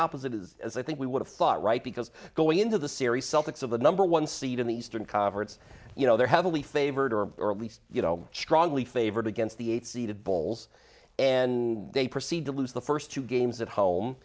opposite is as i think we would have thought right because going into the series celtics of the number one seed in the eastern conference you know they're heavily favored or at least you know strongly favored against the eight seeded bowls and they proceed to lose the first two games at home